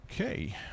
Okay